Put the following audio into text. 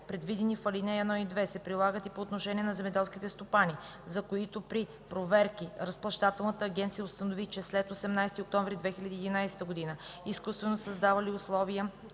предвидени в ал. 1 и 2, се прилагат и по отношение на земеделски стопани, за които при проверки Разплащателната агенция установи, че след 18 октомври 2011 г. изкуствено са създали условия